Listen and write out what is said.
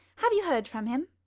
have you heard from him?